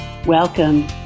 Welcome